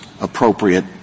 appropriate